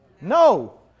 No